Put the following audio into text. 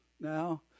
now